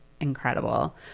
incredible